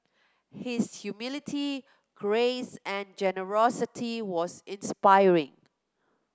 his humility grace and generosity was inspiring